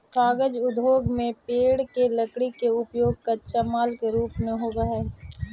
कागज उद्योग में पेड़ के लकड़ी के उपयोग कच्चा माल के रूप में होवऽ हई